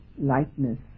lightness